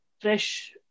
fresh